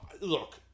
look